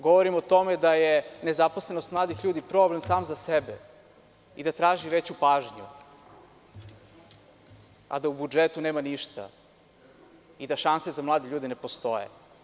Govorim o tome da je nezaposlenost mladih ljudi problem sam za sebe i da traži veću pažnju, a da u budžetu nema ništa i da šanse za mlade ljude ne postoje.